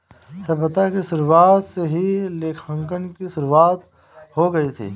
सभ्यता की शुरुआत से ही लेखांकन की शुरुआत हो गई थी